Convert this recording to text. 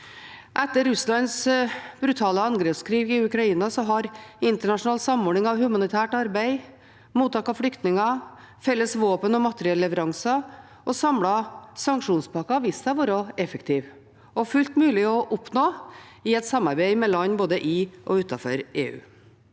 Etter Russlands brutale angrepskrig i Ukraina har internasjonal samordning av humanitært arbeid, mottak av flyktninger, felles våpen- og materielleveranser og samlede sanksjonspakker vist seg å være effektivt, og fullt mulig å oppnå i et samarbeid med land både i og utenfor EU.